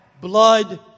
blood